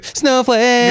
snowflake